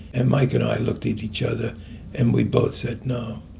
and mike and i looked at each other and we both said, no.